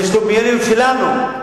זה שלומיאליות שלנו.